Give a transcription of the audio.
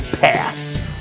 pass